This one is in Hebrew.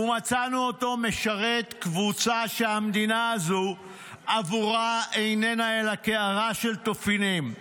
ומצאנו אותו משרת קבוצה שהמדינה הזו עבורה איננה אלה קערה של תופינים.